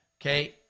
Okay